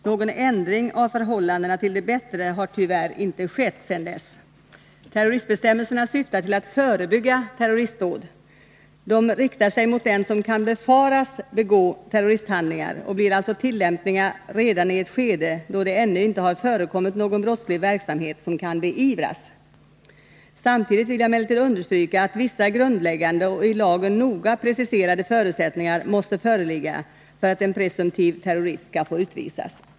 Någon ändring av förhållandena till det bättre har tyvärr inte skett sedan dess. Terroristbestämmelserna syftar till att förebygga terroristdåd. De riktar sig mot den som kan befaras begå terroristhandlingar och blir alltså tillämpliga redan i ett skede, då det ännu inte har förekommit någon brottslig verksamhet som kan beivras. Samtidigt vill jag emellertid understryka, att vissa grundläggande och i lagen noga preciserade förutsättningar måste föreligga för att en presumtiv terrorist skall få utvisas.